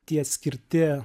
tie atskirti